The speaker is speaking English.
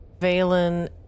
Valen